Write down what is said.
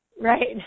Right